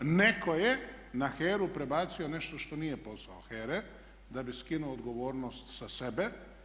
Netko je na HERA-u prebacio nešto što nije posao HERA-e da bi skinuo odgovornost sa sebe.